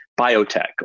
biotech